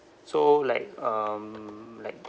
so like um like